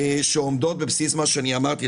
שעומדות בבסיס מה שאני אמרתי,